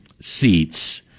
seats